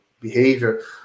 behavior